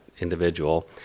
individual